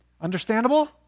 Understandable